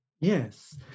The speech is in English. Yes